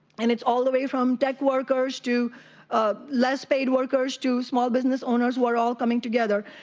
and it's all the way from tech workers to less paid workers, to small business owners, who are all coming together.